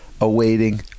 awaiting